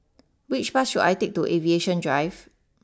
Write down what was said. which bus should I take to Aviation Drive